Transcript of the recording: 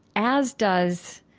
as does,